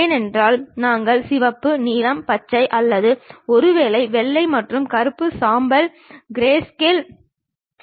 எனவே இது துல்லியமாக முழுமையான பொருள் விவரங்களையும் வடிவத்தையும் அளவையும் தருகிறது